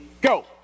go